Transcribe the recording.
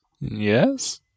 Yes